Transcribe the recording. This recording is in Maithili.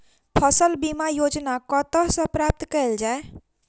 फसल बीमा योजना कतह सऽ प्राप्त कैल जाए?